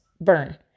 burn